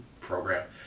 program